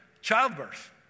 childbirth